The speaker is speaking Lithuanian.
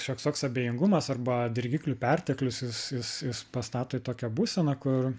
šioks toks abejingumas arba dirgiklių perteklius jis jis jis pastato į tokią būseną kur